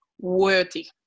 worthy